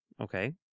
Okay